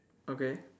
okay